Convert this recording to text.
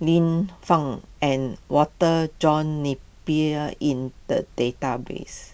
Lienfung and Walter John Napier in the database